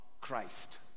Christ